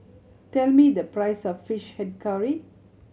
tell me the price of Fish Head Curry